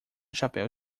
chapéu